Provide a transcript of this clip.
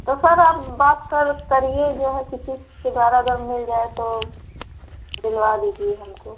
तो सर आप बात कर करिए जो है किसी के द्वारा अगर मिल जाए तो दिलवा दीजिए हमको